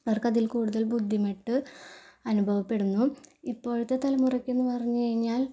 അവർക്കതിൽ കൂടുതൽ ബുദ്ധിമുട്ട് അനുഭവപ്പെടുന്നു ഇപ്പോഴത്തെ തലമുറക്കെന്ന് പറഞ്ഞ് കഴിഞ്ഞാൽ